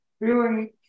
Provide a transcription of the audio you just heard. feeling